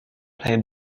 play